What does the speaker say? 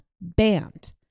band